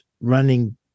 running